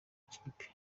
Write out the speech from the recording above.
ikipe